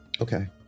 okay